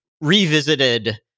revisited